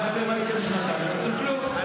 הרי אתם הייתם שנתיים, לא עשיתם כלום.